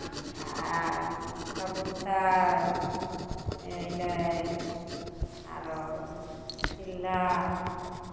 आ कबूतर अयलै आरो चिल्ला